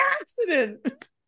accident